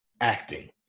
acting